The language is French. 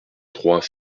trois